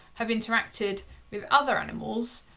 have interacted with other animals,